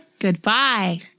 Goodbye